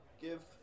Give